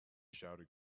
shouted